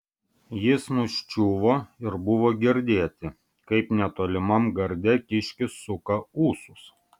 jis nuščiuvo ir buvo girdėti kaip netolimam garde kiškis suka ūsus